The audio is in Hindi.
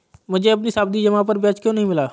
मुझे अपनी सावधि जमा पर ब्याज क्यो नहीं मिला?